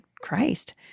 Christ